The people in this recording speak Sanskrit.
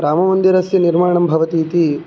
राममन्दिरस्य निर्माणं भवति इति